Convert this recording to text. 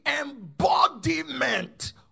embodiment